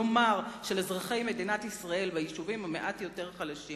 כלומר של אזרחי מדינת ישראל ביישובים המעט יותר חלשים.